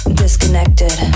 disconnected